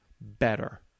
better